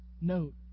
note